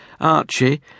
Archie